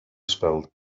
spilled